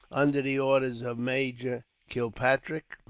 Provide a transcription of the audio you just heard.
under the orders of major kilpatrick.